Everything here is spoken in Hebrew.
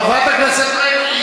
חברת הכנסת רגב,